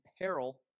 peril